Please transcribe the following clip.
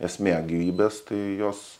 esmė gyvybės tai jos